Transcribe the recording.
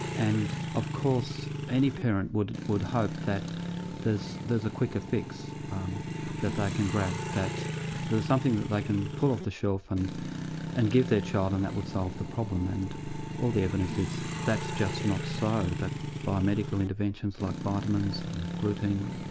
and of course, any parent would would hope that there's there's a quicker fix um that they can grab, that there's something that they can pull off the shelf and and give their child and that would solve the problem. and all the evidence is that's just not so, that by medical interventions like vitamins and gluten,